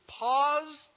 pause